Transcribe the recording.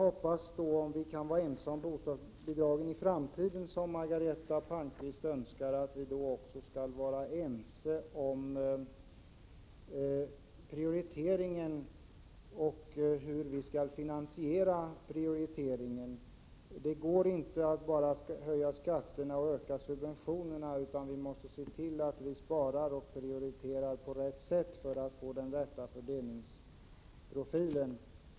Om vi skall vara ense om bostadsbidragen i framtiden, som Margareta Palmqvist önskar, hoppas jag att vi också skall vara ense om prioriteringen och hur vi skall finansiera prioriteringen. Det går inte att bara höja skatterna och öka subventionerna, utan vi måste se till att vi sparar och prioriterar på rätt sätt för att få den rätta fördelningsprofilen.